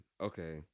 Okay